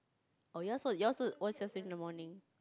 oh yours were yours were was yours in the morning